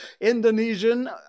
Indonesian